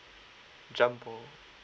jumbo